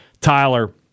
Tyler